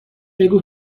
بگو